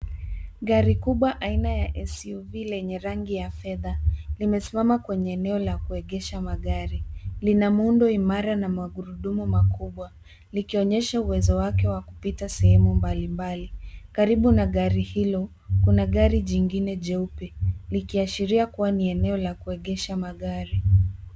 Gari kubwa aina ya suv lenye rangi ya fedha limesimama kwenye eneo la kuegesha magari. Lina muundo imara na magurudumu makubwa likionyesha uwezo wake wa kupita sehemu mbalimbali. Karibu na gari hilo, kuna gari jingine jeupe likiashiria kuwa ni eneo la kuegesha magari.